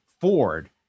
Ford